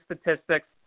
statistics